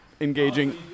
Engaging